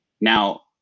now